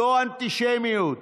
זו אנטישמיות.